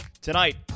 Tonight